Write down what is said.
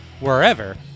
Wherever